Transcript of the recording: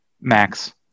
Max